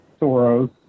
Soros